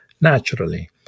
naturally